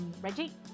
Reggie